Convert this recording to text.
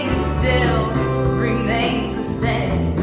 still remains